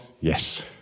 Yes